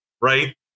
right